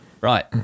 Right